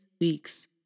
weeks